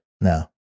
No